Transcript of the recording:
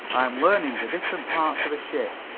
i'm learning the different parts of a ship,